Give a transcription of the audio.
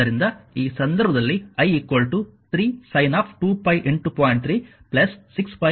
ಆದ್ದರಿಂದ ಈ ಸಂದರ್ಭದಲ್ಲಿ i 3 sin 2π0